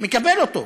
מקבל אותו,